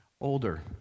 older